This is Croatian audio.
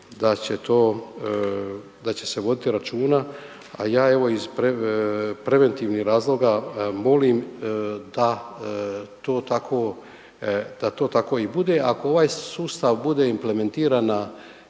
da će se voditi računa, a ja evo iz preventivnih razloga molim ta, to tako, da to tako i bude. Ako ovaj sustav bude implementiran